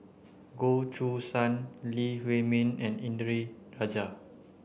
Goh Choo San Lee Huei Min and Indranee Rajah